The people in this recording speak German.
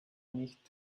nicht